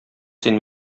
син